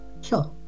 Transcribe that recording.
Sure